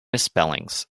misspellings